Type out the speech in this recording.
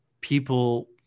people